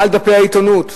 מעל דפי העיתונות.